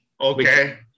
Okay